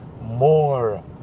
more